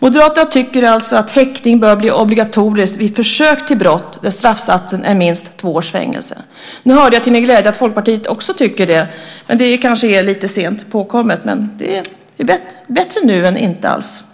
Moderaterna tycker alltså att häktning bör bli obligatorisk vid försök till brott där straffsatsen är minst två års fängelse. Nu hörde jag till min glädje att Folkpartiet också tycker det. Det kanske är lite sent påkommet men bättre nu än inte alls.